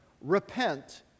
repent